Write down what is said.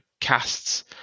casts